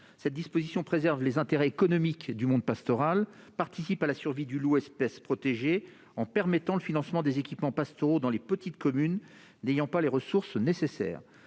telle disposition préserve les intérêts économiques du monde pastoral, participe à la survie du loup, espèce protégée, en permettant le financement des équipements pastoraux dans les petites communes n'ayant pas les ressources nécessaires.